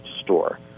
Store